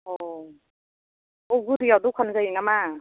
औ औगुरियाव दखान जायो नामा